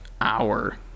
hour